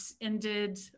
ended